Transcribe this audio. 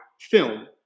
film